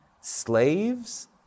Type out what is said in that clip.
slaves